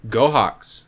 Gohawks